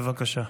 בבקשה.